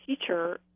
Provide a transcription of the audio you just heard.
teacher